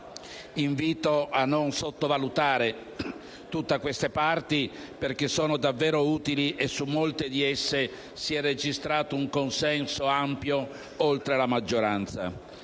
Invito a non sottovalutare tutte queste parti, perché sono davvero utili e su molte di esse si è registrato un consenso ampio oltre la maggioranza.